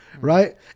right